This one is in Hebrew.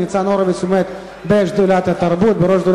ניצן הורוביץ עומד בראש שדולת התרבות.